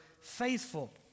faithful